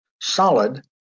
solid